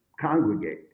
congregate